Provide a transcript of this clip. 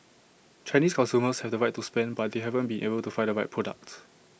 Chinese consumers have the money to spend but they haven't been able to find the right product